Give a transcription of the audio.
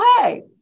hey